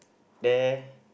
there